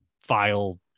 file